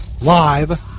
Live